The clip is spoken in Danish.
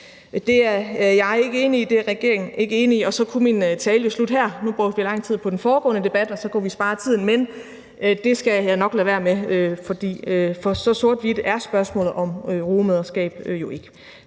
Det er jeg ikke enig i, og det er regeringen ikke enig i, og så kunne min tale jo slutte her. Nu brugte vi lang tid på den foregående debat, og så kunne vi spare tiden, men det skal jeg nok lade være med, for så sort-hvidt er spørgsmålet om rugemoderskab jo ikke.